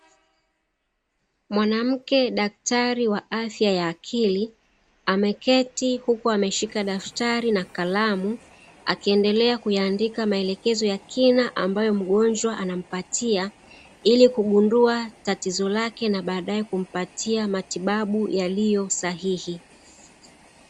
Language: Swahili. Mwanamke daktari wa afya ya akili ameketi huku ameshika daftari na kalamu. Akiendelea kuyaandika maelezo ya kina ambayo mgonjwa anampatia ili kugundua tatizo lake, na baadae kumpatia matibabu yaliyo sahihi.